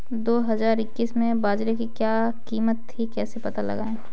दो हज़ार इक्कीस में बाजरे की क्या कीमत थी कैसे पता लगाएँ?